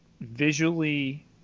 visually